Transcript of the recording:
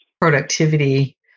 productivity